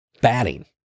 batting